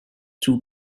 two